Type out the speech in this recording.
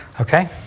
Okay